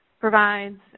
provides